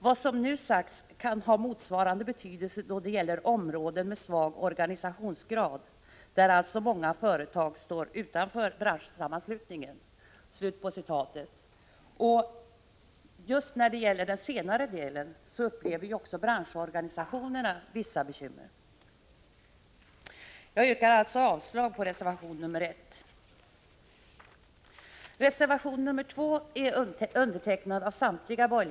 Vad som nu sagts kan ha motsvarande betydelse då det gäller områden med svag organisationsgrad, där alltså många företag står utanför branschsammanslutningen.” Med anledning av vad som står i den senare delen av citatet vill jag framhålla att vi vet att branschorganisationerna har vissa bekymmer.